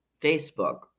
Facebook